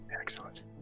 Excellent